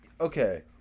Okay